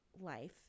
life